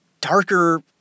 darker